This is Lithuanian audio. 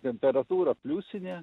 temperatūra pliusinė